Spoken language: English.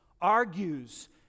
argues